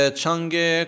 Change